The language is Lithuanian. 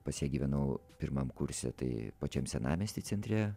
pas ją gyvenau pirmam kurse tai pačiam senamiesty centre